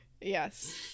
yes